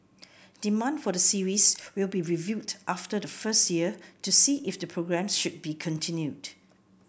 demand for the series will be reviewed after the first year to see if the programmes should be continued